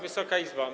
Wysoka Izbo!